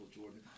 Jordan